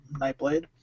Nightblade